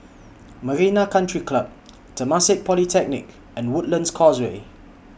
Marina Country Club Temasek Polytechnic and Woodlands Causeway